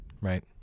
Right